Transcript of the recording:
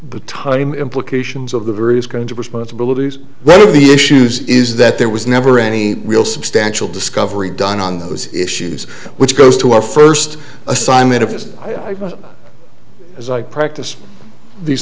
the time implications of the various kinds of responsibilities rather the issues is that there was never any real substantial discovery done on those issues which goes to our first assignment of this i thought as i practice these